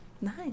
Nice